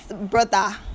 brother